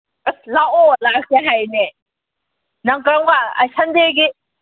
ꯑꯁ ꯂꯥꯛꯑꯣ ꯂꯥꯛꯇꯦ ꯍꯥꯏꯔꯤꯅꯦ ꯅꯪ ꯀꯔꯝꯀꯥꯟ ꯑꯩ ꯁꯟꯗꯦꯒꯤ